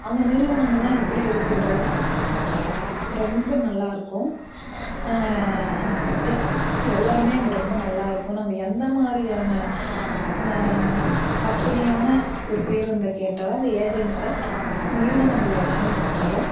அந்த நிறுவனங்கள் எல்லாம் எப்படி இருக்குன்றனா ரொம்ப நல்லா இருக்கும் எல் எல்லாமே அங்கே ரொம்ப நல்லா இருக்கும் நம்ப எந்த மாதிரியான வசதியான ஒரு பேருந்த கேட்டாலும் அந்த ஏஜென்ட்கள் நிறுவனங்கள் எல்லாமே நமக்கு தரும்